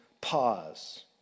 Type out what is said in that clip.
pause